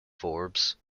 forbes